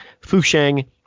Fusheng